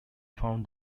found